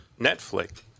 Netflix